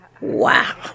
Wow